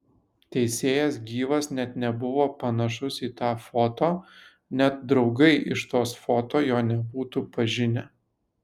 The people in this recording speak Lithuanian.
teisėjas gyvas net nebuvo panašus į tą foto net draugai iš tos foto jo nebūtų pažinę